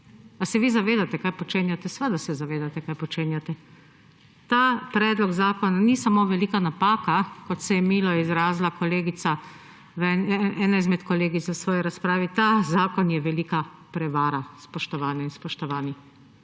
Ali se vi zavedate, kaj počenjate? Seveda se zavedate, kaj počenjate. Ta predlog zakona ni samo velika napaka, kot se je milo izrazila ena izmed kolegic v svoji razpravi, ta zakon je velika prevara, spoštovane in spoštovani.